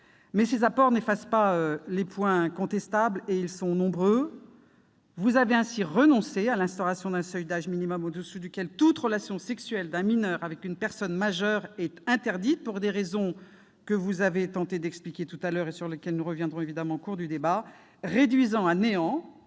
suffisent pas à effacer les points contestables, et ils sont nombreux. Vous avez ainsi renoncé à instaurer un seuil d'âge minimum en dessous duquel toute relation sexuelle d'un mineur avec une personne majeure est interdite, pour des raisons que vous avez tenté d'expliquer tout à l'heure et sur lesquelles nous reviendrons évidemment au cours du débat, réduisant ainsi